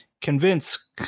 convince